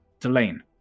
Delane